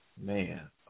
man